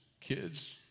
kids